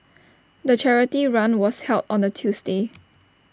the charity run was held on A Tuesday